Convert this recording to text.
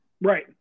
Right